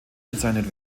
bezeichnet